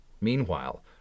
Meanwhile